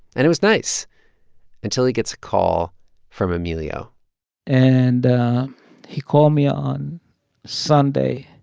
and it was nice until he gets a call from emilio and he called me on sunday,